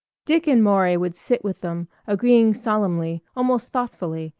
dick and maury would sit with them agreeing solemnly, almost thoughtfully,